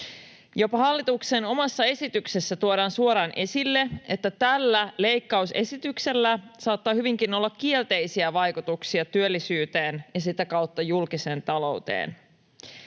Jopa hallituksen omassa esityksessä tuodaan suoraan esille, että tällä leikkausesityksellä saattaa hyvinkin olla kielteisiä vaikutuksia työllisyyteen ja sitä kautta julkiseen talouteen.